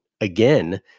again